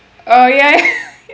oh ya